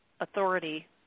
authority